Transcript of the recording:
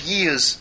Years